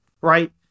right